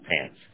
pants